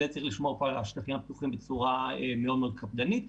ולכן צריך לשמור פה על השטחים הפתוחים בצורה מאוד קפדנית,